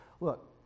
Look